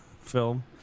film